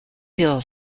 hill